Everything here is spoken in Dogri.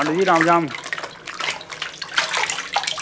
पंडित जी राम राम